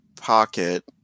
pocket